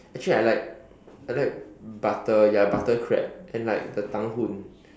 actually I like I like butter ya butter crab and like the tang-hoon